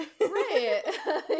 Right